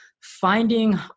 Finding